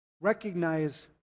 recognize